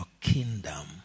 kingdom